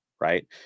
right